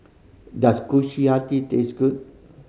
does Kushiyaki taste good